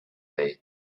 day